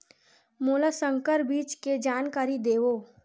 मोला संकर बीज के जानकारी देवो?